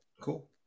Cool